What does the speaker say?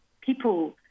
people